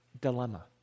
dilemma